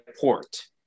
Port